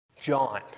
John